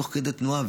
תוך כדי תנועה.